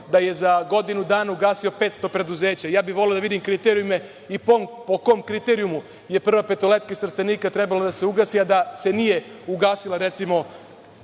da je za godinu dana ugasio 500 preduzeća. Voleo bih da vidim kriterijume i po kom kriterijumu je Prva petoletka iz Trstenika trebala da se ugasi, a da se nije ugasila recimo